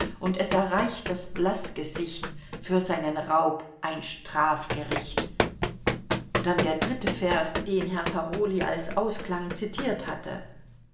und es erreicht das blaßgesicht für seinen raub ein strafgericht dann der dritte vers den herrn farolyi als ausklang zitiert hatte